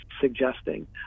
suggesting